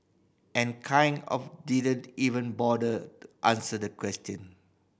and kind of didn't even bother the answer the question